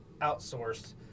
outsourced